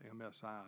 MSI